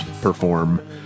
perform